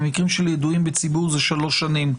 במקרים של ידועים בציבור זה שלוש שנים,